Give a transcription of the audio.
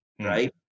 Right